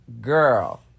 girl